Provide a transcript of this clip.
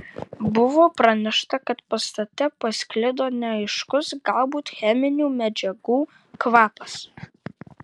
buvo pranešta kad pastate pasklido neaiškus galbūt cheminių medžiagų kvapas